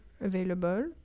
available